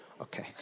Okay